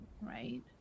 right